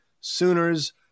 Sooners